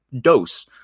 dose